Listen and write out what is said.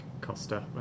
Costa